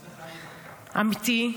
אמיתי.